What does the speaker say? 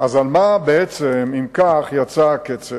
אם כך, אז על מה בעצם יצא הקצף?